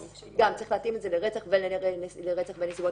אז גם צריך להתאים את זה לרצח ולרצח בנסיבות